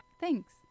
Thanks